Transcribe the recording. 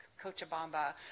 Cochabamba